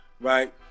Right